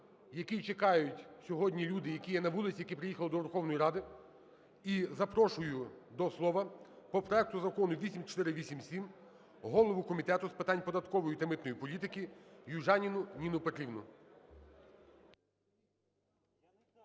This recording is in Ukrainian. який чекають сьогодні люди, які є на вулиці і які приїхали до Верховної Ради. І запрошую до слова по проекту Закону 8487 голову Комітету з питань податкової та митної політики Южаніну Ніну Петрівну.